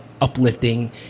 uplifting